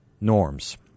norms